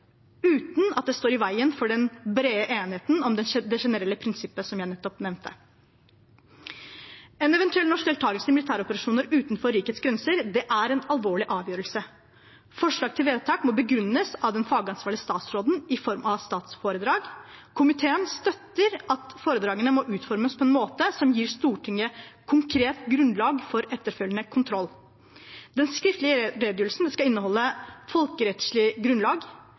uten at det står i veien for den brede enigheten om det generelle prinsippet som jeg nettopp nevnte. En eventuell norsk deltakelse i militæroperasjoner utenfor rikets grenser er en alvorlig avgjørelse. Forslag til vedtak må begrunnes av den fagansvarlige statsråden i form av et statsrådsforedrag. Komiteen støtter at foredragene må utformes på en måte som gir Stortinget konkret grunnlag for etterfølgende kontroll. Den skriftlige redegjørelsen skal inneholde folkerettslig grunnlag,